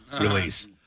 release